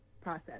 process